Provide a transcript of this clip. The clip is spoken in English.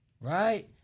right